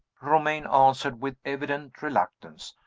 romayne answered with evident reluctance.